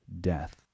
death